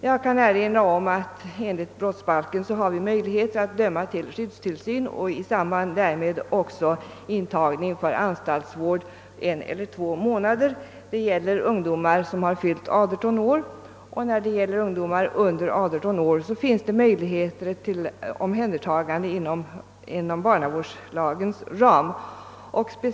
Jag kan erinra om att enligt brottsbalken har vi möjlighet att döma till skyddstillsyn och i samband därmed också intagning för anstaltsvård en el ler två månader. Det gäller ungdomar som har fyllt 18 år. I fråga om ungdomar under 18 år finns det möjligheter till omhändertagande inom barnavårdslagens ram.